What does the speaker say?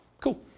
Cool